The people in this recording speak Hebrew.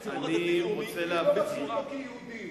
בציבור הדתי-לאומי.